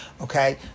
okay